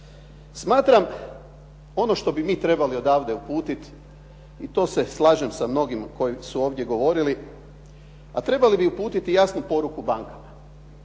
Smatram ono što bi mi trebali odavde uputiti i to se slažem sa mnogima koji su ovdje govorili. Trebali bi uputiti jasnu poruku bankama,